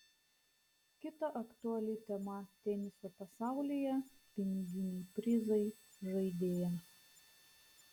kita aktuali tema teniso pasaulyje piniginiai prizai žaidėjams